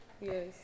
Yes